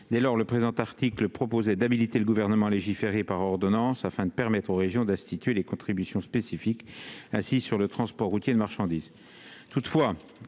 Dès lors, le présent article prévoyait d'habiliter le Gouvernement à légiférer par ordonnance, afin de permettre aux régions d'instituer des contributions spécifiques assises sur le transport routier de marchandises.